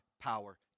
power